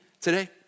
today